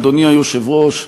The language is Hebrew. אדוני היושב-ראש,